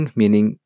meaning